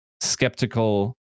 skeptical